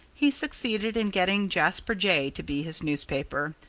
he succeeded in getting jasper jay to be his newspaper.